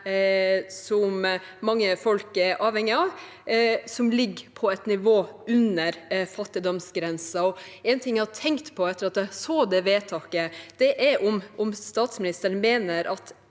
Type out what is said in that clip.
mange folk er avhengige av, ligger på et nivå under fattigdomsgrensen. En ting jeg har tenkt på etter at jeg så det vedtaket, er om statsministeren mener at